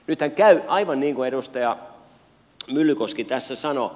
nythän käy aivan niin kuin edustaja myllykoski tässä sanoi